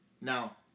Now